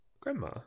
Grandma